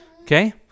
okay